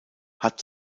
hat